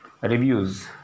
reviews